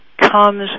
comes